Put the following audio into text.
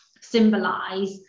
symbolize